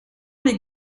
les